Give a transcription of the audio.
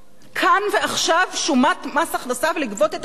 כאן ועכשיו שומת מס הכנסה ולגבות את הכסף.